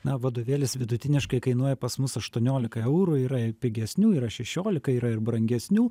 na vadovėlis vidutiniškai kainuoja pas mus aštuoniolika eurų yra ir pigesnių yra šešiolika yra ir brangesnių